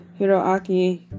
Hiroaki